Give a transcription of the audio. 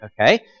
Okay